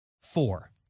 four